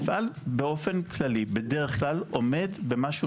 המפעל באופן כללי בדרך כלל עומד במה שהוא